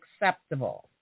acceptable